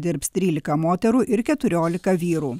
dirbs trylika moterų ir keturiolika vyrų